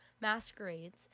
Masquerades